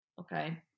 Okay